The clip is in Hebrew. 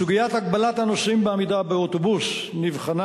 סוגיית הגבלת הנוסעים בעמידה באוטובוס נבחנה